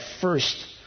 first